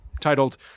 titled